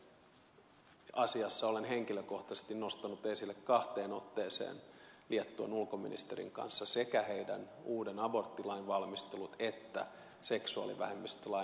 itse asiassa olen henkilökohtaisesti nostanut esille kahteen otteeseen liettuan ulkoministerin kanssa sekä heidän uuden aborttilakinsa valmistelun että seksuaalivähemmistölain